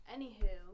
Anywho